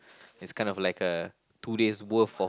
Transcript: it's kind of like a two days worth of